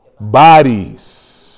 bodies